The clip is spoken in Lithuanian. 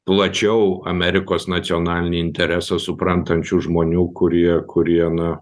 plačiau amerikos nacionalinį interesą suprantančių žmonių kurie kurie na